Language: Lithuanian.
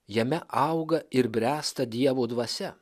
jame auga ir bręsta dievo dvasia